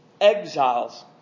exiles